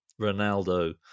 ronaldo